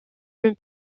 une